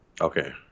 Okay